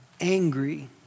angry